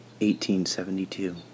1872